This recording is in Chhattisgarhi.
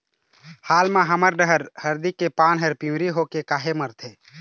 हाल मा हमर डहर हरदी के पान हर पिवरी होके काहे मरथे?